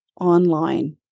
online